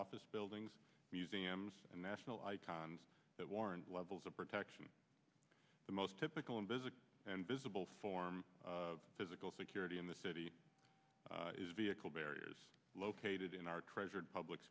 office buildings museums and national icons that warrant levels of protection the most typical invisible and visible form of physical security in the city is vehicle barriers located in our treasured public